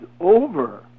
over